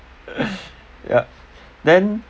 ya then